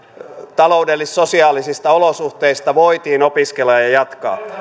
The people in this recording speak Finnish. taloudellis sosiaalisista olosuhteista voitiin opiskelua jatkaa